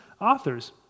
authors